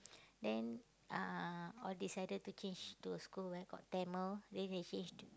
then uh all decided to change to a school where got Tamil then they change